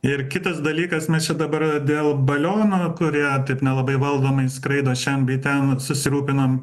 ir kitas dalykas mes čia dabar dėl balionų kurie taip nelabai valdomai skraido šen bei ten susirūpinom